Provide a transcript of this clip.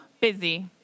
busy